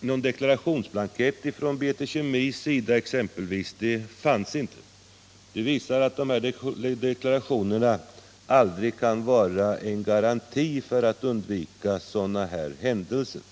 någon deklarationsblankett exempelvis från BT Kemi inte fanns. Det visar att dessa deklarationer aldrig kan bli någon garanti för att man skall kunna undvika sådana här händelser.